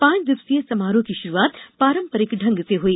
पांच दिवसीय समारोह की शुरूआत पारंपरिक ढंग से हुई